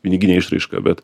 piniginė išraiška bet